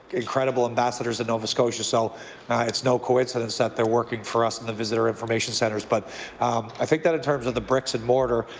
incredible ambassadors of nova scotia. so it's no coincidence that they're working for us in the visitor information centres, but i think that in terms of the bricks and mortar,